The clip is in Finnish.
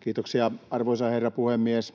Kiitoksia, arvoisa herra puhemies!